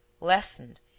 lessened